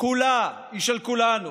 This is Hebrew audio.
כולה היא של כולנו.